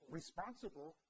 responsible